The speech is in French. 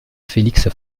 félix